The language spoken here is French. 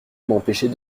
m’empêcher